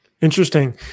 Interesting